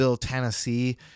Tennessee